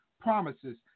promises